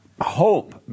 hope